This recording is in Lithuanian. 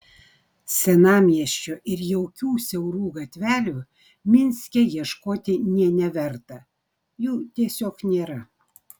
senamiesčio ir jaukių siaurų gatvelių minske ieškoti nė neverta jų tiesiog nėra